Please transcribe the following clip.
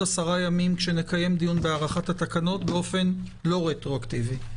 10 ימים כשנקיים דיון בהארכת התקנות באופן לא רטרואקטיבי.